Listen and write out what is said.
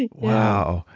and wow.